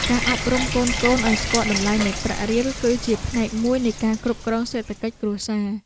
ការអប់រំកូនៗឱ្យស្គាល់តម្លៃនៃប្រាក់រៀល គឺជាផ្នែកមួយនៃការគ្រប់គ្រងសេដ្ឋកិច្ចគ្រួសារ។